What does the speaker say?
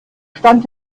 stand